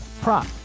prop